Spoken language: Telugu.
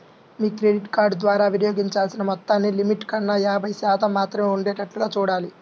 మీ క్రెడిట్ కార్డు ద్వారా వినియోగించాల్సిన మొత్తాన్ని లిమిట్ కన్నా యాభై శాతం మాత్రమే ఉండేటట్లుగా చూడాలి